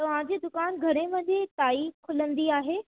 तव्हांजी दुकानु घणे वजे ताईं खुलंदी आहे